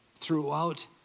throughout